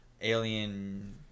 alien